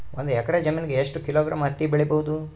ಒಂದ್ ಎಕ್ಕರ ಜಮೀನಗ ಎಷ್ಟು ಕಿಲೋಗ್ರಾಂ ಹತ್ತಿ ಬೆಳಿ ಬಹುದು?